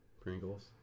Pringles